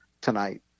tonight